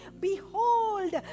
behold